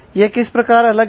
यह किस प्रकार अलग है